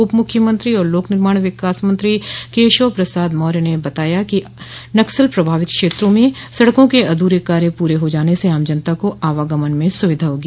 उप मुख्यमंत्री और लोक निर्माण विकास मंत्री केशव प्रसाद मौर्य ने आज बताया कि नक्सल प्रभावित क्षेत्रों में सड़कों के अधूरे कार्य पूरे हो जाने से आम जनता को आवागमन में सुविधा होगी